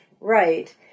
right